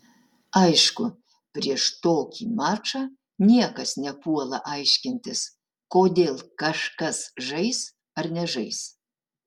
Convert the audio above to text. aišku prieš tokį mačą niekas nepuola aiškintis kodėl kažkas žais ar nežais